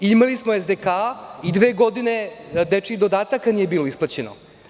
Imali smo SDK i dve godine dečijih dodataka nije bio isplaćeno.